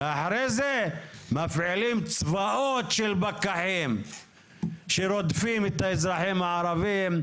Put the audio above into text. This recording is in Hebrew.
ולאחר מכן מפעילים צבאות של פקחים שרודפים את האזרחים ערבים,